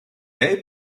est